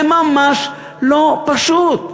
זה ממש לא פשוט.